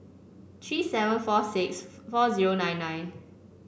three seven four six four zero nine nine